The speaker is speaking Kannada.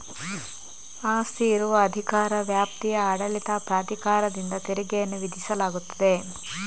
ಆಸ್ತಿ ಇರುವ ಅಧಿಕಾರ ವ್ಯಾಪ್ತಿಯ ಆಡಳಿತ ಪ್ರಾಧಿಕಾರದಿಂದ ತೆರಿಗೆಯನ್ನು ವಿಧಿಸಲಾಗುತ್ತದೆ